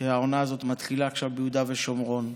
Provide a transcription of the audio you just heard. כשהעונה הזאת מתחילה עכשיו ביהודה ושומרון.